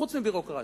חוץ מביורוקרטיה.